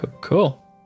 Cool